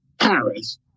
Paris